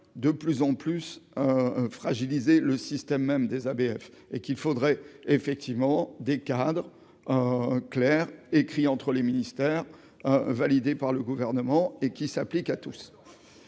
de plus en plus fragilisé le système même des ABF et qu'il faudrait effectivement des cadres clair écrit entre les ministères, validé par le gouvernement et qui s'applique à tous,